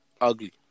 Ugly